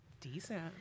decent